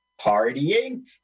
Partying